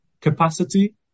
capacity